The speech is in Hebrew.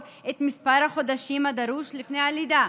את מספר החודשים הדרוש לפני הלידה.